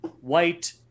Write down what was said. white